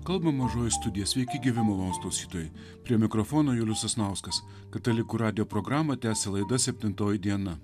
kalba mažoji studija sveiki gyvi malonūs klausytojai prie mikrofono julius sasnauskas katalikų radijo programą tęsia laida septintoji diena